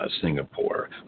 Singapore